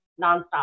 nonstop